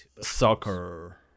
soccer